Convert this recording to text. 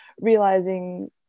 realizing